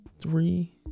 three